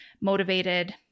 motivated